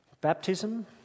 Baptism